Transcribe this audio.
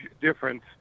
difference